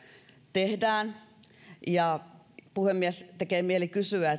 tehdään puhemies tekee mieli kysyä